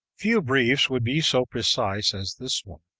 few briefs would be so precise as this one,